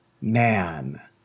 man